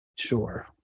sure